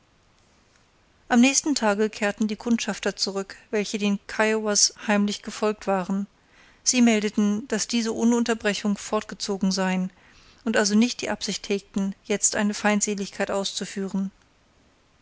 am nächsten tage kehrten die kundschafter zurück welche den kiowas heimlich gefolgt waren sie meldeten daß diese ohne unterbrechung fortgezogen seien und also nicht die absicht hegten jetzt eine feindseligkeit auszuführen